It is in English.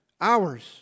hours